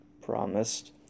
promised